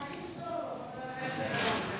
אני אמסור לו, חבר הכנסת בן ראובן.